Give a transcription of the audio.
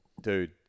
dude